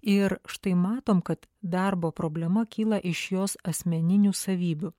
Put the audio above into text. ir štai matom kad darbo problema kyla iš jos asmeninių savybių